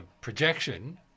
projection